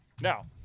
Now